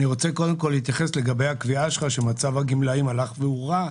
אני רוצה קודם כל להתייחס לגבי הקביעה שלך שמצב הגמלאים הלך והורע.